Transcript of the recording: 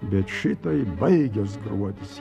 bet šitai baigias gruodis